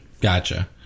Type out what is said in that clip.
Gotcha